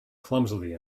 clumsily